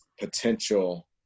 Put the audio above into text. potential